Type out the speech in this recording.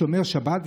שומר שבת,